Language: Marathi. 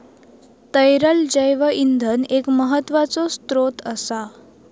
तरल जैव इंधन एक महत्त्वाचो स्त्रोत असा